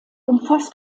umfasst